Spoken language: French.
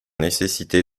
nécessité